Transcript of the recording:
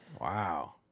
Wow